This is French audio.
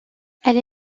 elle